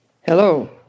Hello